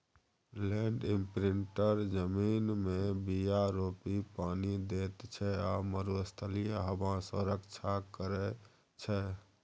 land imprinter जमीनमे बीया रोपि पानि दैत छै आ मरुस्थलीय हबा सँ रक्षा करै छै